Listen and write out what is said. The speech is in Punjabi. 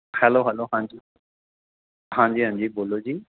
ਹੈਲੋ ਹੈਲੋ ਹਾਂਜੀ ਹਾਂਜੀ ਹਾਂਜੀ ਬੋਲੋ ਜੀ